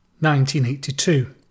1982